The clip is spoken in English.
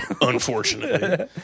Unfortunately